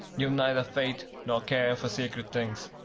you've neither faith nor care for sacred things.